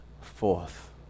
forth